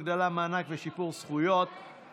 הגדלת מענק ושיפור זכויות).